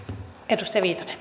arvoisa